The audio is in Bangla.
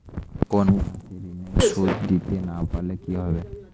কোন মাস এ ঋণের সুধ দিতে না পারলে কি হবে?